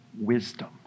wisdom